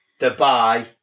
Dubai